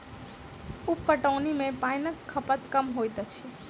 उप पटौनी मे पाइनक खपत कम होइत अछि